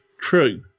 true